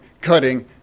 cutting